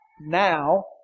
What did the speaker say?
now